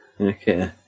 okay